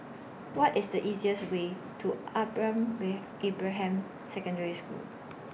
What IS The easiest Way to Ibrahim Secondary School